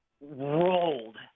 rolled